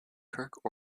kirk